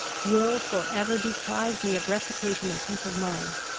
will for ever deprive me of reputation and peace of mind,